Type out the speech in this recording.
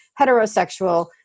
heterosexual